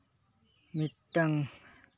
ᱢᱤᱫᱴᱟᱝ